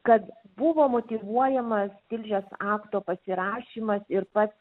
kad buvo motyvuojamas tilžės akto pasirašymas ir pats